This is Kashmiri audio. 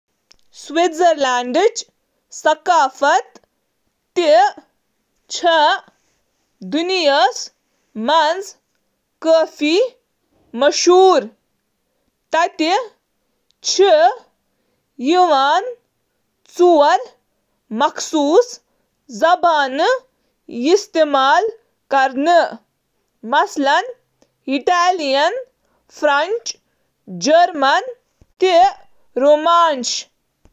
سوئٹزرلینڈچ ثقافت چِھ امیر تہٕ متنوع، یمو چِھ واریاہ زبانہٕ، علاقہٕ تہٕ روایتو سۭتۍ متٲثر۔ یہٕ چُھ امہٕ خٲطرٕ زاننہٕ یوان: فوک فن، موسیقی، شٲعری، رقص، لٔکرِ پٮ۪ٹھ نقش و نگار، تہٕ کڑھائی چھِ سٲری سوئٹزرلینڈ کِس لُکہٕ فنُک حصہٕ۔ کھٮ۪ن سوئس کھٮ۪ن چھُ پنِنہِ علاقٲیی تغیرات باپتھ زاننہٕ یِوان، تہٕ اَتھ منٛز چھِ فونڈو، ریلیٹ، تہٕ روستی ہِوۍ کھٮ۪ن شٲمِل۔ سوئٹزرلینڈس منٛز چِھ واریاہ روایتی تہوار، کأم ہنٛز ثقافت سوئس لوٗکھ چھِ دوستانہٕ مگر کارٕبٲرۍ کَتھ باتھِ منٛز محفوٗظ آسنہٕ خٲطرٕ زاننہٕ یِوان۔